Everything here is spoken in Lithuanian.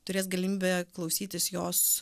turės galimybę klausytis jos